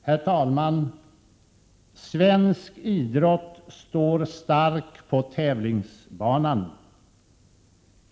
Herr talman! Svensk idrott står stark på tävlingsbanan.